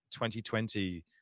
2020